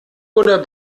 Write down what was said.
oder